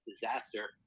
disaster